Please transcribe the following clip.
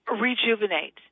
rejuvenate